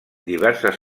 diverses